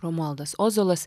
romualdas ozolas